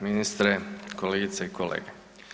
Ministre, kolegice i kolege.